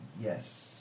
Yes